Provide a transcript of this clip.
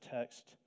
text